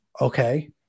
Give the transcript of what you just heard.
Okay